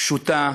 פשוטה.